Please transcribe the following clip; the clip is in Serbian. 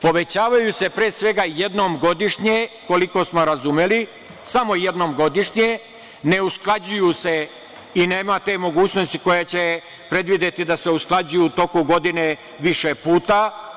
Povećavaju se, pre svega, jednom godišnje, koliko smo razumeli, samo jednom godišnje, ne usklađuju se i nema te mogućnosti koja će predvideti da se usklađuju u toku godine više puta.